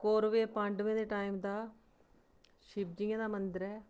कोरवें पांडवें दे टाइम दा शिवजियें दा मंदर ऐ